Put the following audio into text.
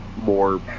more